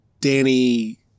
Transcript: Danny